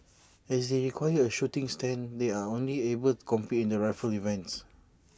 as they require A shooting stand they are only able compete in the rifle events